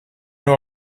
nur